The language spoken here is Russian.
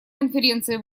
конференции